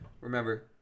Remember